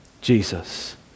Jesus